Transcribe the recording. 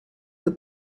the